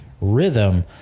rhythm